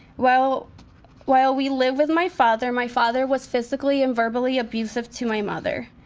while while we lived with my father, my father was physically and verbally abusive to my mother.